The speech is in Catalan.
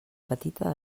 petita